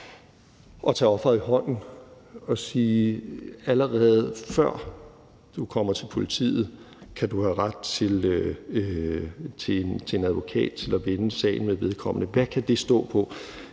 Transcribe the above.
at tage offeret i hånden og sige: Allerede før du kommer til politiet, kan du have ret til en advokat for at vende sagen med vedkommende. Hvad kan det stå på?